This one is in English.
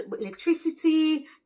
electricity